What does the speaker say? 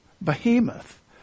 Behemoth